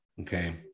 Okay